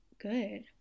good